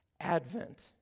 Advent